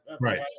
right